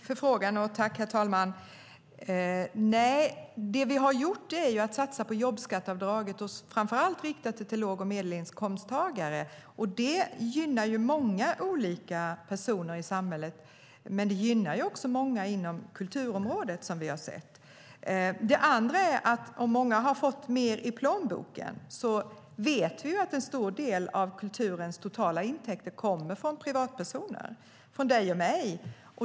Herr talman! Tack för frågan! Nej, det vi har gjort är att vi har satsat på jobbskatteavdraget och framför allt riktat det till låg och medelinkomsttagare, och det gynnar ju många olika personer i samhället. Men det gynnar också många inom kulturområdet, som vi har sett. Det andra är att eftersom många har fått mer i plånboken vet vi att en stor del av kulturens totala intäkter kommer från privatpersoner, från dig och mig.